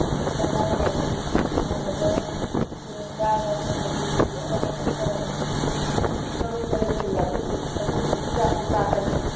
ꯅꯨꯃꯤꯠ ꯃꯉꯥꯅꯤ ꯂꯩꯔꯗꯤ ꯅꯣꯡꯃꯗ ꯑꯩꯈꯣꯏꯅ ꯆꯥꯕ ꯊꯛꯄꯒꯤ ꯂꯣꯏꯅ ꯑꯦꯔꯦꯟꯖ ꯇꯧꯔꯒ ꯁꯤꯟꯕꯗ ꯂꯨꯄꯥ ꯂꯤꯁꯤꯡ ꯇꯔꯨꯛ ꯇꯔꯦꯠꯀꯨꯝꯕ ꯑꯗꯨꯝꯕꯒꯤ ꯆꯥꯡꯗ ꯂꯥꯛꯀꯅꯤ